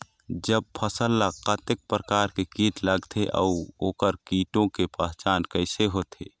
जब फसल ला कतेक प्रकार के कीट लगथे अऊ ओकर कीटों के पहचान कैसे होथे?